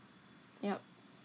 yup